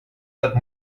that